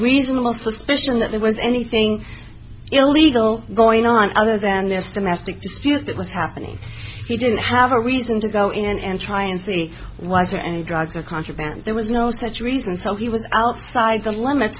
reasonable suspicion that there was anything illegal going on other than this domestic dispute that was happening he didn't have a reason to go in and try and see was there any drugs or contraband there was no such reason so he was outside the limits